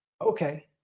Okay